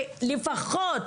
שלפחות,